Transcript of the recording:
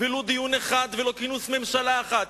ולו דיון אחד ולא כינוס ממשלה אחד.